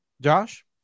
josh